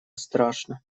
страшно